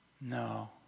No